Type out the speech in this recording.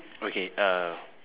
okay uh